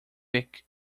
thick